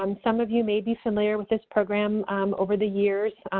um some of you may be familiar with this program over the years.